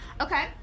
Okay